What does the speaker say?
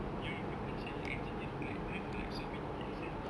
ya because like engineering like you have like so many exams